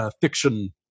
fiction